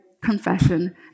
confession